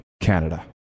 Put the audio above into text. canada